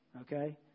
okay